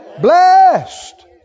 blessed